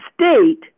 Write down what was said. state